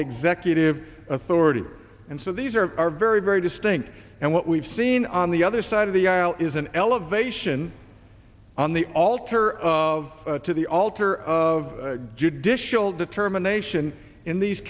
executive authority and so these are very very distinct and what we've seen on the other side of the aisle is an elevation on the altar of to the alter of judicial determination in these